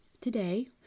Today